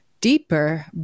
Deeper